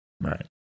right